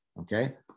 okay